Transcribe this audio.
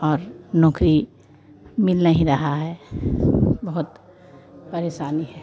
और नौकरी मिल नहीं रहा है बहोत परेशानी है